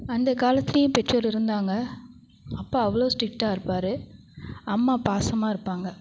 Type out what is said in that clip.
அந்த காலத்துலையும் பெற்றோர் இருந்தாங்க அப்பா அவ்வளோ ஸ்டிட்டாக இருப்பார் அம்மா பாசமாக இருப்பாங்க